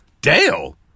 Dale